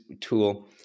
tool